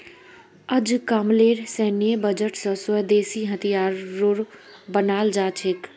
अजकामलेर सैन्य बजट स स्वदेशी हथियारो बनाल जा छेक